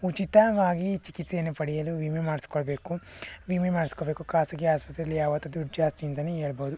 ಉಚಿತವಾಗಿ ಚಿಕಿತ್ಸೆಯನ್ನು ಪಡೆಯಲು ವಿಮೆ ಮಾಡಿಸ್ಕೊಳ್ಬೇಕು ವಿಮೆ ಮಾಡಿಸ್ಕೋಬೇಕು ಖಾಸಗಿ ಆಸ್ಪತ್ರೆಯಲ್ಲಿ ಯಾವತ್ತೂ ದುಡ್ಡು ಜಾಸ್ತಿ ಅಂತಲೇ ಹೇಳ್ಬೋದು